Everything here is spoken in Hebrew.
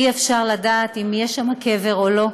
אי-אפשר לדעת אם יש שם קבר או לא.